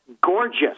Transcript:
gorgeous